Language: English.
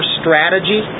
strategy